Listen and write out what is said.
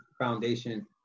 Foundation